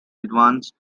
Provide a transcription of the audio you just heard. advanced